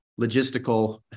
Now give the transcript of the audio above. logistical